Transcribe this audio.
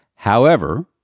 however,